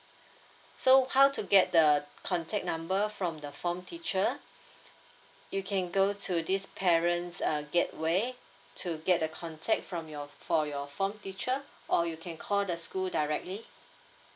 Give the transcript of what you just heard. so how to get the contact number from the form teacher you can go to these parents uh getaway to get a contact from your for your form teacher or you can call the school directly